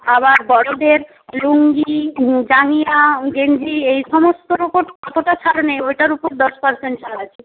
আবার বড়দের লুঙ্গি জাঙিয়া গেঞ্জি এই সমস্তর উপর অতটা ছাড় নেই ওইটার উপর দশ পার্সেন্ট ছাড় আছে